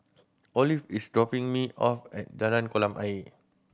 Olive is dropping me off at Jalan Kolam Ayer